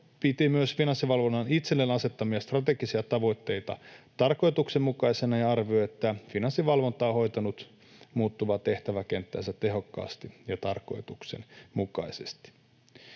piti myös Finanssivalvonnan itselleen asettamia strategisia tavoitteita tarkoituksenmukaisina ja arvioi, että Finanssivalvonta on hoitanut muuttuvaa tehtäväkenttäänsä tehokkaasti ja tarkoituksenmukaisesti.